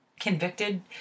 convicted